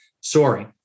soaring